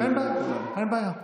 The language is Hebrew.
אין בעיה, אין בעיה.